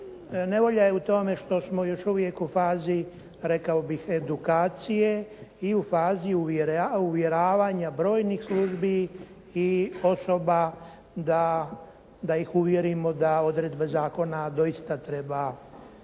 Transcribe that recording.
Nevolja je u tome što smo još uvijek u fazi rekao bih edukacije i u fazi uvjeravanja brojnih službi i osoba da ih uvjerimo da odredbe zakona doista treba provesti.